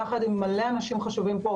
יחד עם הרבה אנשים חשובים פה,